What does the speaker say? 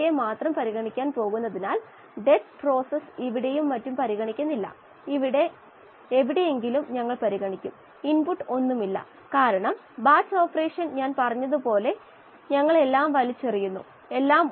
മാറ്റിയെഴുതിയാൽ ഉം ഉം കൂട്ടുകഅപ്പോൾ കിട്ടുന്നത് ഇങ്ങനെ എഴുതാം എന്നിവയുടെ RHS തുല്യമായതിനാൽ നമുക്ക് ലഭിക്കും m വലുതാണെങ്കിൽ O2 നെപോലെ എങ്കിൽ ഓക്സിജന്റെ മൂല്യം ഹെന്റി നിയമ സ്ഥിരാങ്കപ്രകാരം 4